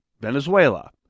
Venezuela